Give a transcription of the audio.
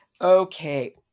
Okay